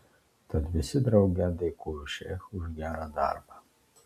tad visi drauge dėkojo šeichui už gerą darbą